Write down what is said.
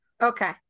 Okay